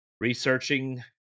researching